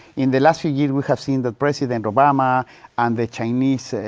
in the last few years, we have seen that president obama and the chinese,